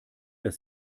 dass